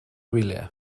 wyliau